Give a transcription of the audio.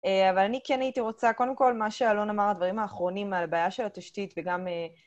אבל אני כן הייתי רוצה, קודם כל, מה שאלון אמר, הדברים האחרונים על הבעיה של התשתית וגם...